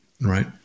right